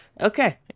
Okay